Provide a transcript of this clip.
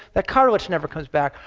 the cartilage never comes back.